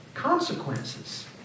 consequences